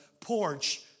porch